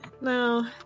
No